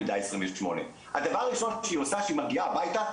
מידה 28' הדבר הראשון שהיא עושה שהיא מגיעה הביתה,